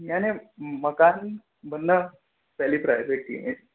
यानि मकान बनना पहली प्रायोरिटी है